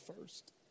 first